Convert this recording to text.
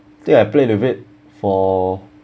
I think I played with it for